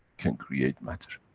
can create matter.